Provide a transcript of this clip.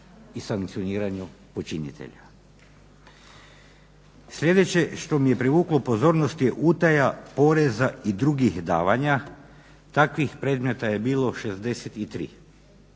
i sankcioniranju počinitelja. Sljedeće što mi je privuklo pozornost je utaja poreza i drugih davanja. Takvih predmeta je bilo 63.